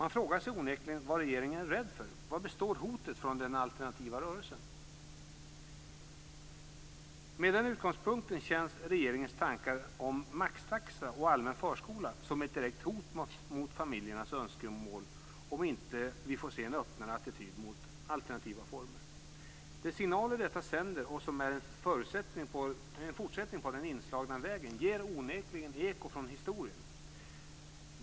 Man frågar sig onekligen vad regeringen är rädd för. Vari består hotet från den alternativa rörelsen? Med den utgångspunkten känns regeringens tankar om maxtaxa och allmän förskola som ett direkt hot mot familjernas önskemål om inte vi får se en öppnare attityd mot alternativa former.